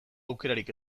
aukerarik